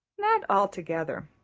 not altogether.